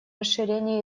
расширение